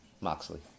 Moxley